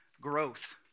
growth